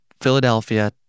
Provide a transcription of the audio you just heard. Philadelphia